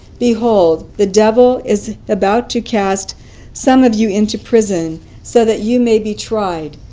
behold, the devil is about to cast some of you into prison so that you may be tried,